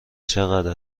چقدر